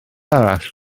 arall